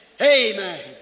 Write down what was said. Amen